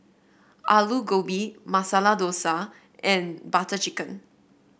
Alu Gobi Masala Dosa and Butter Chicken